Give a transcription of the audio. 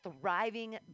thriving